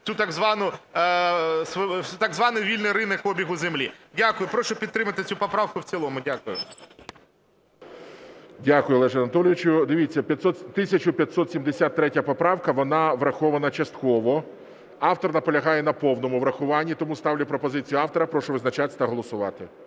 цей так званий вільний ринок обігу землі. Дякую. Прошу підтримати цю поправку в цілому. Дякую. ГОЛОВУЮЧИЙ. Дякую, Олеже Анатолійовичу. Дивіться, 1573 поправка, вона врахована частково. Автор наполягає на повному врахуванні. Тому ставлю пропозицію автора. Прошу визначатись та голосувати.